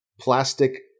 plastic